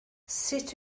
sut